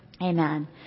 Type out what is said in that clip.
Amen